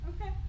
Okay